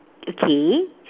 okay